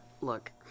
Look